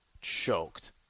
choked